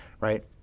right